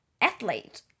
athlete